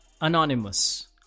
Anonymous